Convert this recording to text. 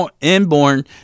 inborn